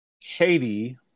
Katie